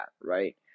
right